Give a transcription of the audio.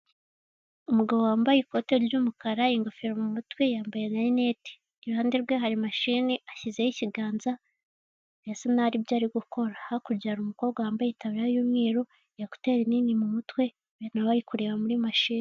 Umugabo wambaye ikoti ry'umukara, ingofero mu mutwe, yambaye na rineti. Iruhande rwe hari mashini, ashyizeho ikiganza, birasa n'aho hari ibyo ari gukora. Hakurya hari umukobwa wambaye itaburiya y'umweru, ekuteri nini mu mutwe, hari ibintu aba ari kureba muri mashini.